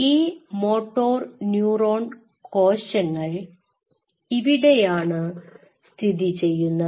ഈ മോട്ടോർന്യൂറോൺ കോശങ്ങൾ ഇവിടെയാണ് സ്ഥിതി ചെയ്യുന്നത്